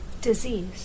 disease